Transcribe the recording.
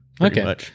Okay